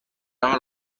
حال